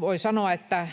Voi sanoa, että